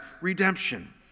redemption